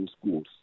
schools